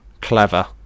Clever